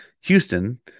Houston